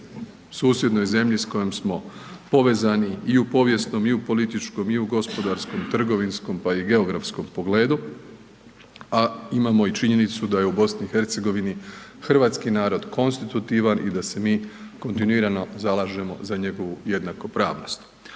susjednoj zemlji s kojom smo povezani i u povijesnom i u političkom i u gospodarskom, trgovinskom, pa i geografskom pogledu, a imamo i činjenicu da je u BiH hrvatski narod konstitutivan i da se mi kontinuirano zalažemo za njegovu jednakopravnost,